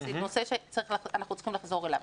זה נושא שאנחנו צריכים לחזור אליו.